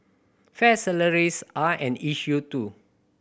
fair salaries are an issue too